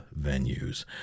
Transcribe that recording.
venues